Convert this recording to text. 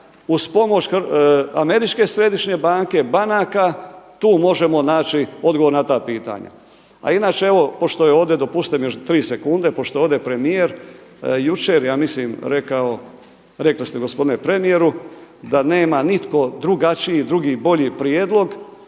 uz pomoć američke središnje banke, banaka, tu možemo naći odgovor na ta pitanja. A inače evo pošto je ovdje, dopustite mi još tri sekunde, pošto je ovdje premijer, jučer ja mislim rekao, rekli ste gospodine premijeru da nema nitko drugačiji, drugi, bolji prijedlog.